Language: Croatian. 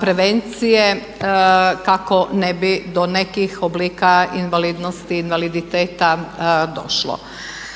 prevencije kako ne bi do nekih oblika invalidnosti, invaliditeta došlo.